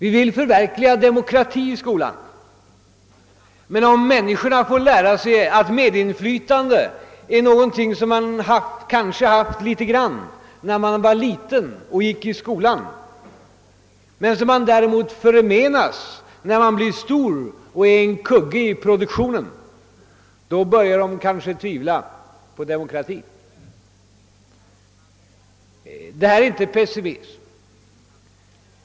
Vi vill förverkliga demokrati 1 skolan, men om människorna får lära sig att medinflytande är någonting som man har litet grand av när man är liten och går i skolan men som man däremot förmenas när man blir stor och är en kugge i produktionen, då börjar de kanske tvivla på demokratin.